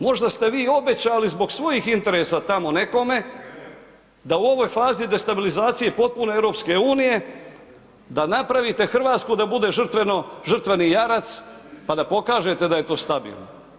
Možda ste vi obećali, zbog svojih interesa tamo nekome da u ovoj fazi destabilizacije potpune EU da napravite Hrvatsku da bude žrtveni jarac pa da pokažete da je to stabilno.